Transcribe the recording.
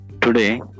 Today